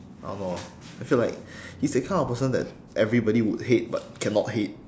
I don't know I feel like he's that kind of person that everybody would hate but cannot hate